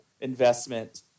investment